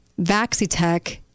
Vaxitech